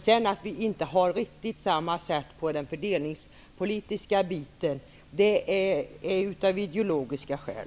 Sedan är det av ideologiska skäl som Gudrun Norberg och jag inte har riktigt samma synsätt i fråga om fördelningspolitiken.